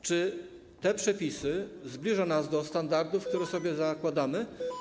Czy te przepisy zbliżą nas do standardów, które sobie zakładamy?